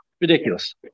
Ridiculous